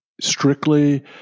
Strictly